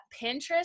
Pinterest